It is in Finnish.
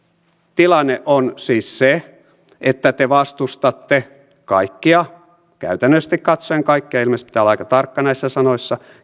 tilanne on siis se että te vastustatte kaikkia käytännöllisesti katsoen kaikkia ilmeisesti pitää olla aika tarkka näissä sanoissa